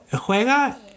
juega